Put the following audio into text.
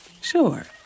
Sure